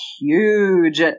huge